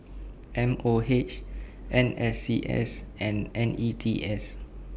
M O H N S C S and N E T S